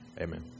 Amen